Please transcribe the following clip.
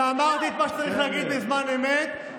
ואמרתי את מה שצריך להגיד בזמן אמת,